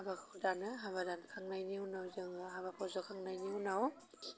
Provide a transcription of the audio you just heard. हाबाखौ दानो हाबा दानखांनायनि उनाव जोङो हाबाखौ जखांनायनि उनाव